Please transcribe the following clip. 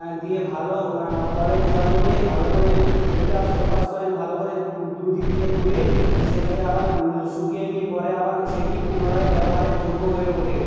দিয়ে ভালো কলের জল দিয়ে ভালো করে এপাশ ওপাশ করে ভালো করে দু দিক দিয়ে ধুয়ে সেটাকে আবার শুকিয়ে নিই পরে আবার সেইটি পুনরায় ব্যবহারের যোগ্য হয়ে ওঠে